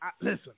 listen